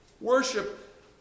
Worship